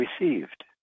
received